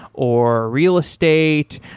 or real estate,